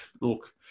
look